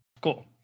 Cool